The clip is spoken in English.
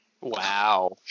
Wow